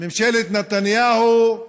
ממשלת נתניהו,